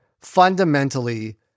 fundamentally